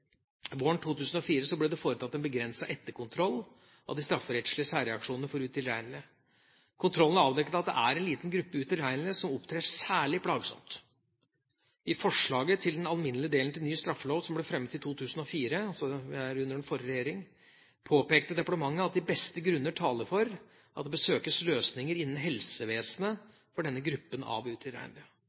Våren 2004 ble det foretatt en begrenset etterkontroll av de strafferettslige særreaksjonene for utilregnelige. Kontrollen avdekket at det er en liten gruppe utilregnelige som opptrer særlig plagsomt. I forslaget til den alminnelige delen til ny straffelov som ble fremmet i 2004 – altså under den forrige regjering – påpekte departementet at de beste grunner taler for at det bør søkes løsninger innen helsevesenet for denne gruppen av